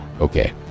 okay